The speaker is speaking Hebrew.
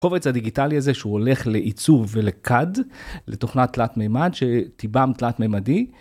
קובץ הדיגיטלי הזה שהוא הולך לעיצוב ול-CAD - לתוכנת תלת מימד - של תיב"ם תלת מימדי.